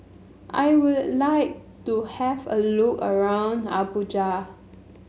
I would like to have a look around Abuja